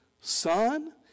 son